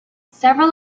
several